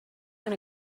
when